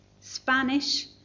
Spanish